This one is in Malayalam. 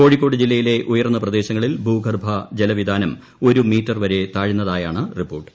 കോഴിക്കോട് ജില്ലയിട്ടില് ഉയർന്ന പ്രദേശങ്ങളിൽ ഭൂഗർഭ ജലവിതാനം ഒരു മീറ്റർവരെ താഴ്ന്നതായാണ് റിപ്പോർട്ട്